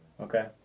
Okay